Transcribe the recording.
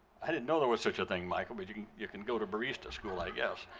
i didn't know there was such a thing, michael, but you can you can go to barista school, i guess.